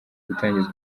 gutangizwa